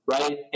Right